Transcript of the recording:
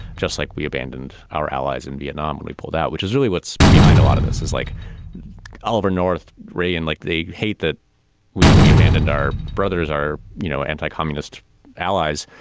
just like we abandoned our allies in vietnam and we pulled out, which is really what's behind a lot of this is like oliver north ray and like they hate that we don't we abandoned our brothers are, you know, anti-communist allies.